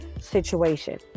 situation